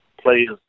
players